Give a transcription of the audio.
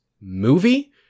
movie